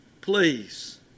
please